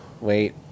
Wait